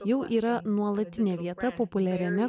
jau yra nuolatinė vieta populiariame